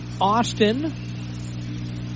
Austin